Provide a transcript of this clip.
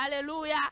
Hallelujah